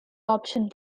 option